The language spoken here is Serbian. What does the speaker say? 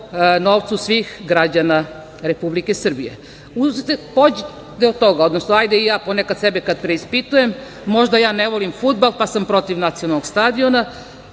novcu svih građana Republike Srbije. Pođite od toga, odnosno ajde i ja ponekad sebe kada preispitujem. Možda ja ne volim fudbal, pa sam protiv nacionalnog stadiona,